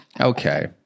Okay